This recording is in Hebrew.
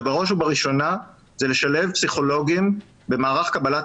ובראש ובראשונה זה לשלב פסיכולוגים במערך קבלת